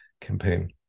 campaign